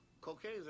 cocaine